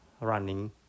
running